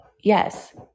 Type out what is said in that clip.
yes